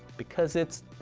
because it's,